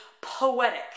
poetic